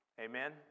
Amen